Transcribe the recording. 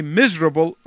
miserable